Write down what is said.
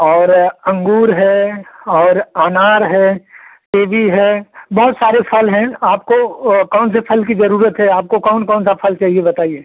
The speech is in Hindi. और अंगूर है और अनार है कीवी है बहुत सारे फल हैं आपको कौन से फल कि ज़रूरत है आप को कौन कौन सा फल चाहिए बताइए